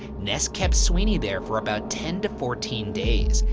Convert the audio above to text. ness kept sweeney there for about ten to fourteen days,